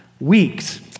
weeks